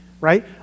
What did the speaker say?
right